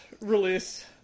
release